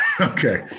Okay